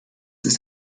ist